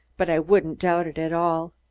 but i wouldn't doubt it at all.